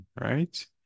right